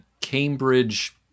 Cambridge